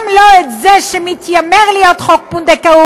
גם לא את זה שמתיימר להיות חוק פונדקאות